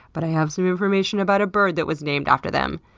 but i have some information about a bird that was named after them.